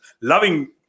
loving